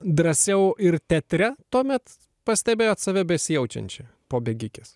drąsiau ir teatre tuomet pastebėjot save besijaučiančią po bėgikės